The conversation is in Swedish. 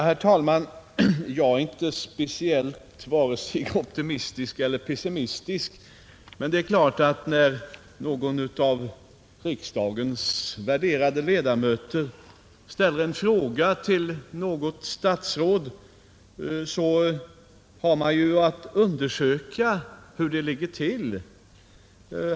Herr talman! Jag är inte speciellt vare sig optimistisk eller pessimistisk, men när någon av riksdagens värderade ledamöter ställer en fråga till ett statsråd skall statsrådet givetvis undersöka hur det ligger till.